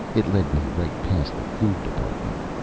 it led me right past the food department.